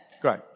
Great